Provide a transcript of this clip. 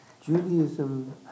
Judaism